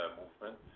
movement